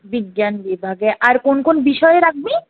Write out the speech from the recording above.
বিজ্ঞান বিভাগে আর কোন কোন বিষয় রাখবি